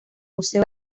museo